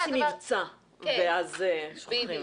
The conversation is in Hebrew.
לא עושים מבצע ואז שולחים.